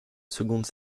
seconde